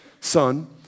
son